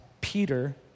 Peter